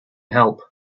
help